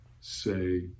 say